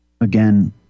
again